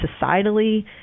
societally